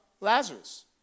Lazarus